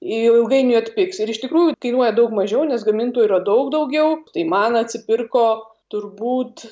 ilgainiui atpigs ir iš tikrųjų kainuoja daug mažiau nes gamintojų yra daug daugiau tai man atsipirko turbūt